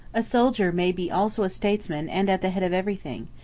a soldier may be also a statesman and at the head of everything,